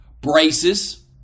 Braces